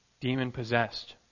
demon-possessed